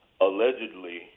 allegedly